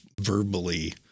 verbally